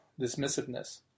dismissiveness